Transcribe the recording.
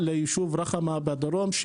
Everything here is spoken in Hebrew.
היישוב רחמה בדרום,